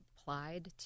applied